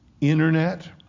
Internet